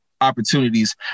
opportunities